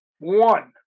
one